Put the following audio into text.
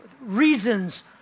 reasons